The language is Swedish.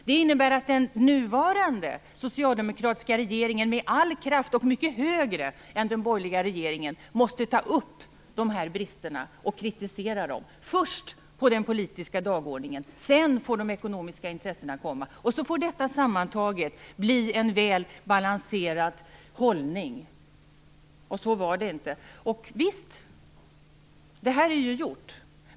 Det innebär att den nuvarande socialdemokratiska regeringen med all kraft och mycket högre än den borgerliga regeringen måste ta upp de här bristerna och kritisera dem, först på den politiska dagordningen. Därefter får de ekonomiska intressena komma. Sedan får detta sammantaget bli en väl balanserad hållning, men så var det inte. Visst, nu är det gjort.